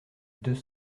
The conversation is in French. deux